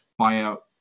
buyout